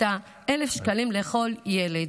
1,000 שקלים לכל ילד.